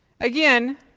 again